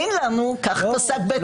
אין לנו, כך פסק בית המשפט.